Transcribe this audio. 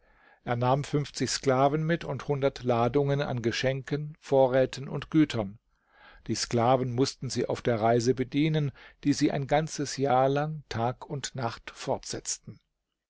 er nahm fünfzig sklaven mit und hundert ladungen an geschenken vorräten und gütern die sklaven mußten sie auf der reise bedienen die sie ein ganzes jahr lang tag und nacht fortsetzten